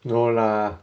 no lah